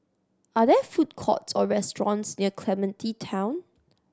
are there food courts or restaurants near Clementi Town